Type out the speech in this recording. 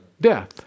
death